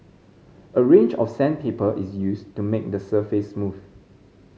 a range of sandpaper is used to make the surface smooth